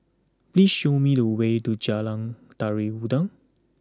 please show me the way to Jalan Tari Dulang